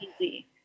easy